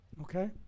Okay